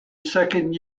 second